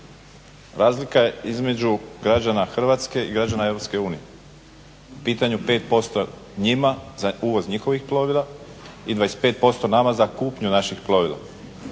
Razlika između građana Hrvatske i građana EU, pitanju 5% njima za uvoz njihovih plovila i 25% nama za kupnju naših plovila.